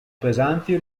pesanti